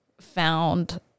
found